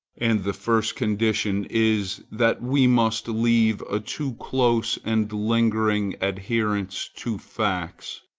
and the first condition is, that we must leave a too close and lingering adherence to facts,